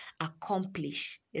accomplish